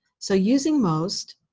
so using most,